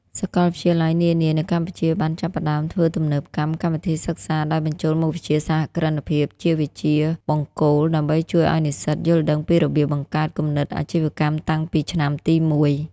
សាកលវិទ្យាល័យនានានៅកម្ពុជាបានចាប់ផ្ដើមធ្វើទំនើបកម្មកម្មវិធីសិក្សា ដោយបញ្ចូលមុខវិជ្ជាសហគ្រិនភាពជាវិជ្ជាបង្គោល ដើម្បីជួយឱ្យនិស្សិតយល់ដឹងពីរបៀបបង្កើតគំនិតអាជីវកម្មតាំងពីឆ្នាំទីមួយ។